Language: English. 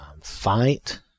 fight